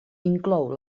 inclou